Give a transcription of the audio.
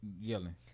yelling